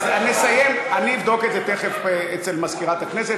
אני אבדוק את זה תכף אצל מזכירת הכנסת,